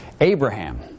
Abraham